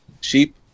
Sheep